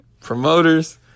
promoters